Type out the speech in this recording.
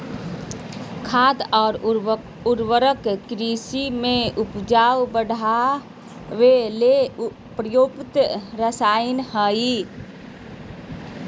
खाद और उर्वरक कृषि में उपज बढ़ावे ले प्रयुक्त रसायन हइ